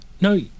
No